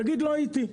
תגיד לא הייתי.